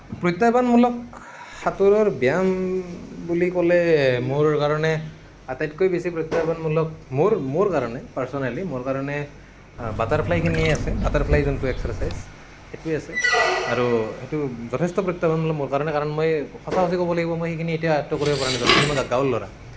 প্ৰত্যাহ্বানমূলক সাঁতোৰৰ ব্যায়াম বুলি ক'লে মোৰ কাৰণে আটাইতকৈ বেছি প্ৰত্যাহ্বানমূলক মোৰ কাৰণে পাৰ্ছনেলী মোৰ কাৰণে বাটাৰফ্লাইখিনিয়ে আছে বাটাৰফ্লাই যোনটো এক্সাৰছাইজ সেইটোৱে আছে আৰু সেইটো যথেষ্ট প্ৰত্যাহ্বানমূলক মোৰ কাৰণে কাৰণ মই সঁচা সঁচি ক'ব লাগিব মই সেইখিনি এতিয়াও আয়ত্ৱ কৰিব পৰা নাই য'ত নেকি মই গাঁৱৰ ল'ৰা